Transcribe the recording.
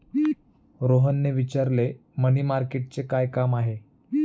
रोहनने विचारले, मनी मार्केटचे काय काम आहे?